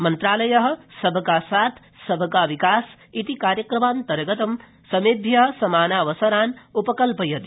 मन्त्रालय सबका साथ सबका विकास सि कार्यक्रमान्तर्गतमपि समध्य समानावसरान् उपकल्पयति